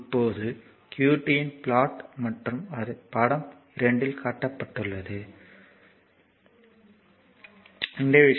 இப்போது qt இன் plot மற்றும் அது படம் 2 இல் காட்டப்பட்டுள்ளது இது qt இன் பிளாட் ஏற்கனவே கொடுக்கப்பட்டுள்ளது